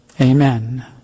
Amen